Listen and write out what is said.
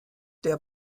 der